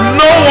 no